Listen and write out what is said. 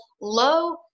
low